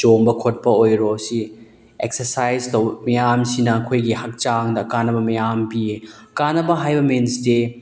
ꯆꯣꯡꯕ ꯈꯣꯠꯄ ꯑꯣꯏꯔꯣ ꯑꯁꯤ ꯑꯦꯛꯁꯔꯁꯥꯏꯁ ꯇꯧꯕ ꯃꯌꯥꯝꯁꯤꯅ ꯑꯩꯈꯣꯏꯒꯤ ꯍꯛꯆꯥꯡꯗ ꯀꯥꯟꯅꯕ ꯃꯌꯥꯝ ꯄꯤꯌꯦ ꯀꯥꯟꯅꯕ ꯍꯥꯏꯕ ꯃꯤꯟꯁꯇꯤ